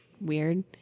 weird